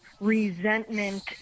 resentment